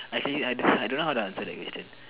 actually I don't I don't know how to answer that question